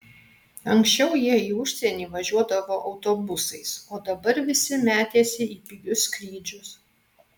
anksčiau jie į užsienį važiuodavo autobusais o dabar visi metėsi į pigius skrydžius